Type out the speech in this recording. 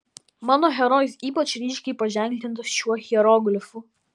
mano herojus ypač ryškiai paženklintas šiuo hieroglifu